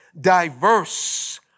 diverse